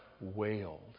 wailed